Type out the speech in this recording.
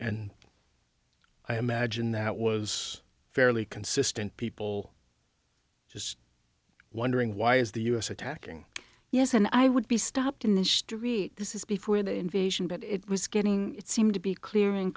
and i imagine that was fairly consistent people just wondering why is the us attacking us and i would be stopped in this street this is before the invasion but it was getting it seemed to be clearing